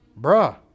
bruh